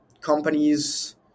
companies